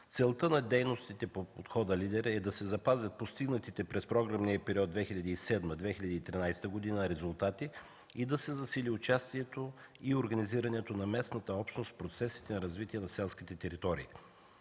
Целта на дейностите от подхода „Лидер” е да се запазят постигнатите през програмния период 2007-2013 г. резултати и да се засили участието и организирането на местната общност в процесите на развитие на селските територии.